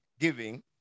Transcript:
giving